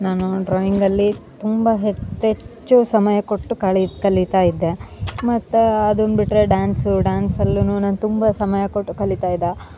ನಾನು ಡ್ರಾಯಿಂಗಲ್ಲಿ ತುಂಬ ಹೆಚ್ಚು ಹೆಚ್ಚು ಸಮಯ ಕೊಟ್ಟು ಕಳಿ ಕಲಿತಾ ಇದ್ದೆ ಮತ್ತು ಅದುನ್ನ ಬಿಟ್ಟರೆ ಡ್ಯಾನ್ಸು ಡ್ಯಾನ್ಸಲ್ಲುನು ನಾನು ತುಂಬ ಸಮಯ ಕೊಟ್ಟು ಕಲಿತಾ ಇದ್ದೆ